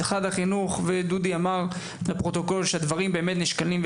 דודי אמר לפרוטוקול שהדברים באמת נשקלים,